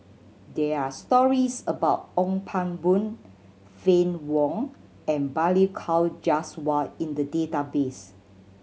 there are stories about Ong Pang Boon Fann Wong and Balli Kaur Jaswal in the database